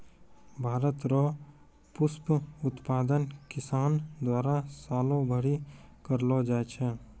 भारत रो पुष्प उत्पादन किसान द्वारा सालो भरी करलो जाय छै